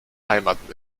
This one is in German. heimat